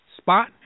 spot